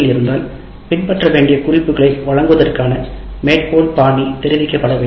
இருந்தால் பின்பற்ற வேண்டிய குறிப்புகளை வழங்குவதற்கான மேற்கோள் பாணி தெரிவிக்கப்பட வேண்டும்